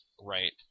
Right